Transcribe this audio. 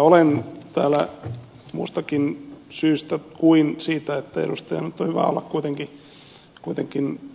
olen täällä muustakin syystä kuin siitä että edustajan on nyt hyvä olla kuitenkin